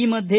ಈ ಮಧ್ಯೆ